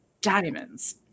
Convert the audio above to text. diamonds